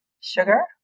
sugar